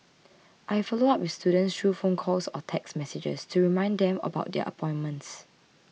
I follow up with students through phone calls or text messages to remind them about their appointments